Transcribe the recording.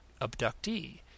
abductee